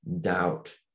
doubt